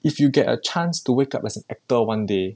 if you get a chance to wake up as an actor one day